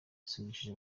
yasusurukije